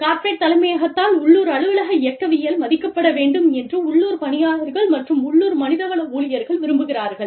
corporate தலைமையகத்தால் உள்ளூர் அலுவலக இயக்கவியல் மதிக்கப்பட வேண்டும் என்று உள்ளூர் பணியாளர்கள் மற்றும் உள்ளூர் மனிதவள ஊழியர்கள் விரும்புகிறார்கள்